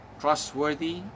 trustworthy